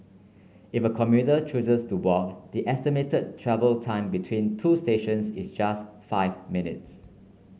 if a commuter chooses to walk the estimated travel time between the two stations is just five minutes